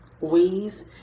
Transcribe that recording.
ways